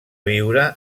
viure